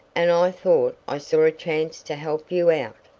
and i thought i saw a chance to help you out.